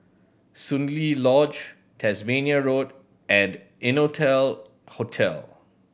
Soon Lee Lodge Tasmania Road and Innotel Hotel